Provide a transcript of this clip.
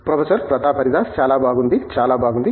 professor Pratap Haridas చాలా బాగుంది చాలా బాగుంది